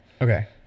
Okay